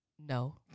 no